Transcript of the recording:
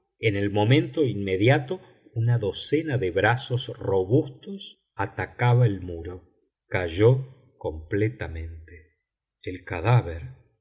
en el momento inmediato una docena de brazos robustos atacaba el muro cayó completamente el cadáver